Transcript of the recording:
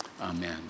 Amen